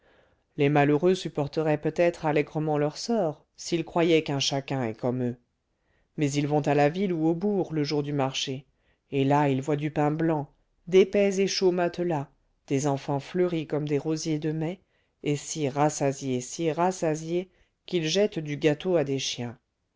les malheureux supporteraient peut-être allègrement leur sort s'ils croyaient qu'un chacun est comme eux mais ils vont à la ville ou au bourg le jour du marché et là ils voient du pain blanc d'épais et chauds matelas des enfants fleuris comme des rosiers de mai et si rassasiés si rassasiés qu'ils jettent du gâteau à des chiens